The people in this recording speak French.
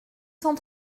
cent